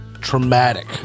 traumatic